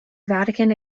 vatican